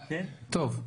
טוב.